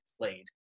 played